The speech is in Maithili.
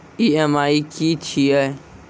ई.एम.आई की छिये?